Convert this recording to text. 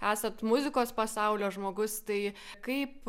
esat muzikos pasaulio žmogus tai kaip